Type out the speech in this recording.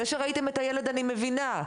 זה שראיתם את הילד אני מבינה,